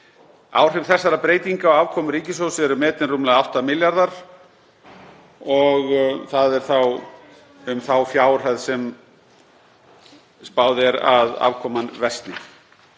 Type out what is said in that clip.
Áhrif þessara breytinga á afkomu ríkissjóðs eru metin rúmlega 8 milljarðar og það er um þá fjárhæð sem spáð er að afkoman versni.